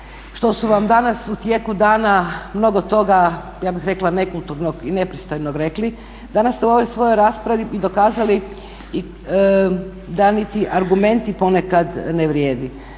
što su vam danas u tijeku dana mnogo toga ja bih rekla nekulturnog i nepristojnog rekli, danas ste u ovoj svojoj raspravi i dokazali da niti argumenti ponekad ne vrijede.